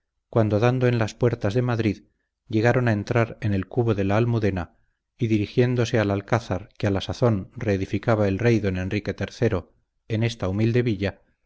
cuando dando en las puertas de madrid llegaron a entrar en el cubo de la almudena y dirigiéndose al alcázar que a la sazón reedificaba el rey don enrique iii en esta humilde villa